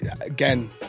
again